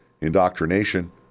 indoctrination